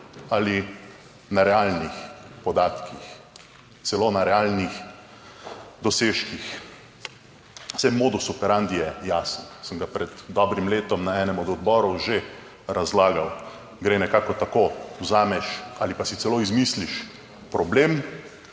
ali na realnih podatkih, celo na realnih dosežkih. Saj modus operandi je jasen, sem ga pred dobrim letom na enem od odborov že razlagal. Gre nekako tako, vzameš ali pa si celo izmisliš problem,